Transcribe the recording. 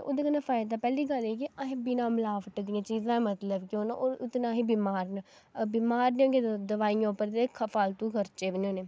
ओह्दे कन्नै फायदा पैह्ली गल्ल ह् ऐ कि असें बिना मिलावट दियां चीजां मतलब कि उतना ही बीमार न बमार बी निं होगे ते दवाइयें उप्पर फालतू खर्चे बी नेईं होने